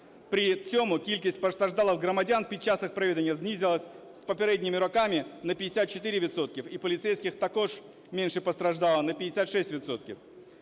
При цьому кількість постраждалих громадян під час їх проведення знизилась з попередніми роками на 54 відсотки, і поліцейських також менше постраждало на 56